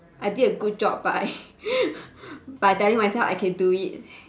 I did a good job by by telling myself I can do it